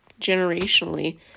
generationally